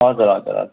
हजुर हजुर हजुर